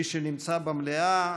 מי שנמצא במליאה,